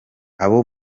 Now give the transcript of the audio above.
abo